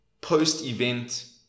post-event